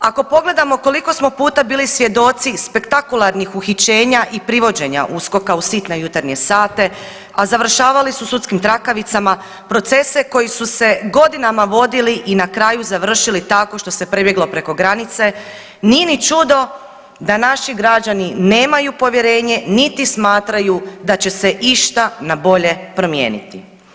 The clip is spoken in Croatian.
Ako pogledamo koliko smo puta bili svjedoci spektakularnih uhićenja i privođenja USKOK-a u sitne jutarnje sate, a završavali su sudskim trakavicama, procese koji su se godinama vodili i na kraju završili tako što se prebjeglo preko granice, nije ni čudo da naši građani nemaju povjerenje niti smatraju da će se išta na bolje promijeniti.